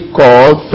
called